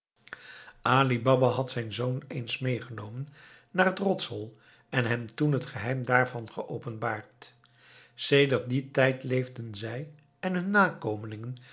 baba had zijn zoon eens meegenomen naar het rotshol en hem toen het geheim daarvan geopenbaard sedert dien tijd leefden zij en hun nakomelingen